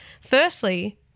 Firstly